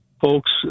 folks